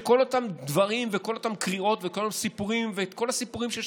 כל אותם דברים וכל אותן קריאות וכל הסיפורים ששמענו,